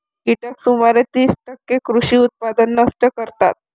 कीटक सुमारे तीस टक्के कृषी उत्पादन नष्ट करतात